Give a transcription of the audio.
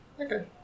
Okay